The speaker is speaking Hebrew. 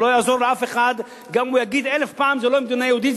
וזה לא יעזור לאף אחד גם אם הוא יגיד אלף פעם שהיא לא מדינה יהודית.